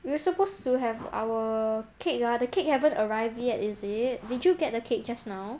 we were supposed to have our cake ah the cake haven't arrived yet is it did you get the cake just now